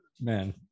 man